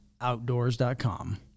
outdoors.com